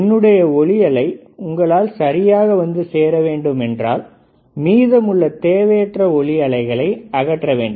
என்னுடைய ஒலி அலை உங்களை சரியாக வந்து சேரவேண்டும் என்றால் மீதம் உள்ள தேவையற்ற ஒலி அலைகளை அகற்றவேண்டும்